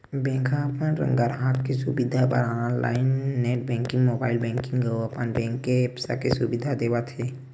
bank ह अपन गराहक के सुबिधा बर online net banking, mobile banking अउ अपन बेंक के ऐप्स के सुबिधा देवत हे